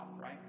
right